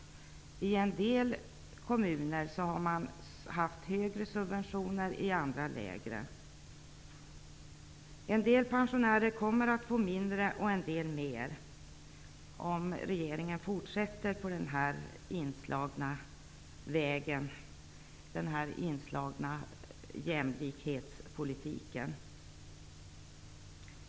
I en del kommuner har man subventionerat med högre belopp och i andra med lägre. En del pensionärer kommer att få mindre och en del mer om regeringen fortsätter på den inslagna vägen vad gäller jämlikhetspolitiken.